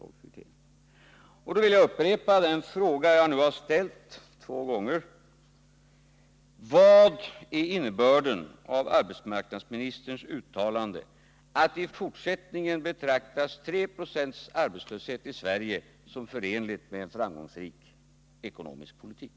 I det sammanhanget vill jag upprepa den fråga jag nu har ställt två gånger: Vilken är innebörden av arbetsmarknadsministerns uttalande, att 3 2 arbetslöshet i Sverige i fortsättningen betraktas som förenligt med en framgångsrik ekonomisk politik?